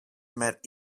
met